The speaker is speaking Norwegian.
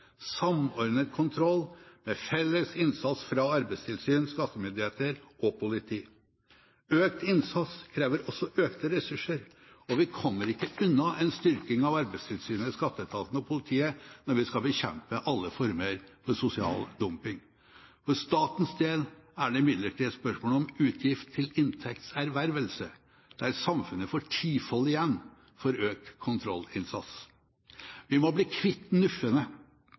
samordnet kontroll med felles innsats fra arbeidstilsyn, skattemyndigheter og politi. Økt innsats krever også økte ressurser, og vi kommer ikke unna en styrking av Arbeidstilsynet, Skatteetaten og politiet når vi skal bekjempe alle former for sosial dumping. For statens del er det imidlertid et spørsmål om utgift til inntekts ervervelse, der samfunnet får tifold igjen for økt kontrollinnsats. Vi må bli kvitt